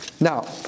now